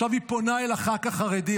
עכשיו היא פונה אל הח"כ החרדי,